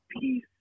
peace